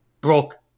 broke